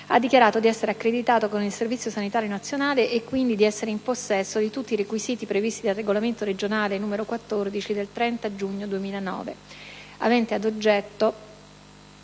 ha dichiarato di essere accreditato con il Servizio sanitario nazionale e, quindi, di essere in possesso di tutti i requisiti previsti dal regolamento regionale n. 14 del 30 giugno 2009, avente ad oggetto